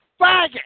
faggot